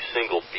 single